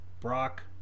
Brock